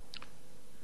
סביב המכות